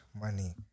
money